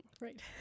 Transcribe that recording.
Right